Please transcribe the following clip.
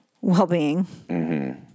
well-being